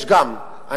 יש גם.